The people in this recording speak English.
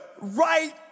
right